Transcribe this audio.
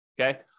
okay